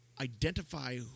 identify